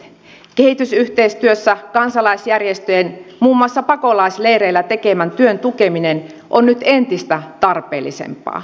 kehitysyhteistyössä kansalaisjärjestöjen muun muassa pakolaisleireillä tekemän työn tukeminen on nyt entistä tarpeellisempaa